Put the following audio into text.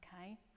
okay